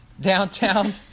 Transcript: downtown